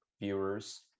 viewers